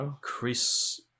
chris